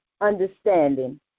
understanding